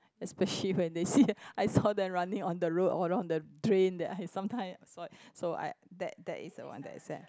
especially when they see I saw them running on the road or on the train that I sometimes I saw it so I that that is the one that is that